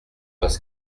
parce